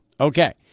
Okay